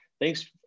thanks